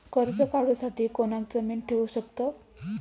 कर्ज काढूसाठी कोणाक जामीन ठेवू शकतव?